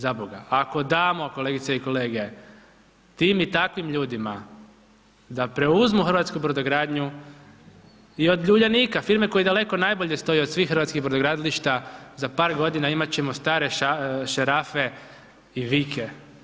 Zaboga, ako damo kolegice i kolege, tim i takvim ljudima da preuzmu hrvatsku brodogradnju i od Uljanika, firma koja daleko najbolje stoji od svih hrvatskih brodogradilišta, za par godina imat ćemo stare šarafe i vijke.